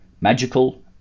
magical